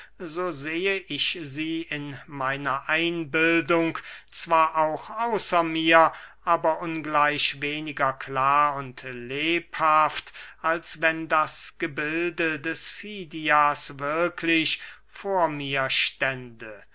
so sehe ich sie in meiner einbildung zwar auch außer mir aber ungleich weniger klar und lebhaft als wenn das gebilde des fidias wirklich vor mir stände